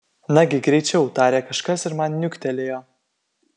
nagi greičiau tarė kažkas ir man niuktelėjo